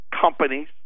companies